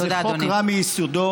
זה חוק רע מיסודו.